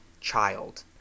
child